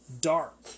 Dark